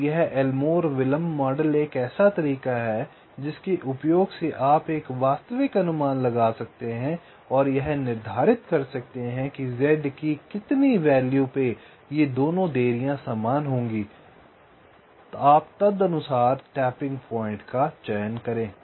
और यह एलमोर विलंब मॉडल एक ऐसा तरीका है जिसके उपयोग से आप एक वास्तविक अनुमान लगा सकते हैं और यह निर्धारित कर सकते हैं कि z की कितनी वैल्यू पे ये दोनों देरीया समान होंगी आप तदनुसार टैपिंग पॉइंट का चयन करें